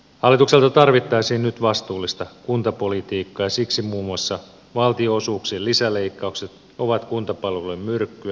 hallitukselta tarvittaisiin nyt vastuullista kuntapolitiikkaa ja siksi muun muassa valtionosuuksien lisäleikkaukset ovat kuntapalveluille myrkkyä